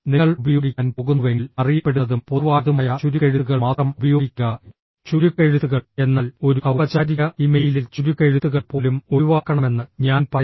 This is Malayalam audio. നിങ്ങൾ ഉപയോഗിക്കാൻ പോകുന്നുവെങ്കിൽ അറിയപ്പെടുന്നതും പൊതുവായതുമായ ചുരുക്കെഴുത്തുകൾ മാത്രം ഉപയോഗിക്കുക ചുരുക്കെഴുത്തുകൾ എന്നാൽ ഒരു ഔപചാരിക ഇമെയിലിൽ ചുരുക്കെഴുത്തുകൾ പോലും ഒഴിവാക്കണമെന്ന് ഞാൻ പറയും